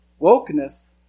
Wokeness